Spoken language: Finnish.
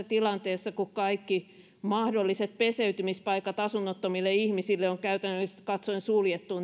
tilanteessa kun kaikki mahdolliset peseytymispaikat asunnottomille ihmisille on käytännöllisesti katsoen suljettu